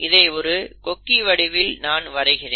இதை ஒரு கொக்கி வடிவில் நான் வரைகிறேன்